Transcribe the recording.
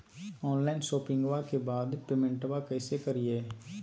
Online शोपिंग्बा के बाद पेमेंटबा कैसे करीय?